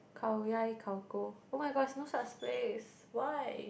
Khao-Yai Khao-Ko oh my god there's no such place why